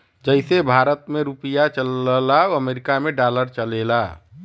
जइसे भारत मे रुपिया चलला अमरीका मे डॉलर चलेला